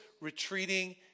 retreating